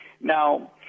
Now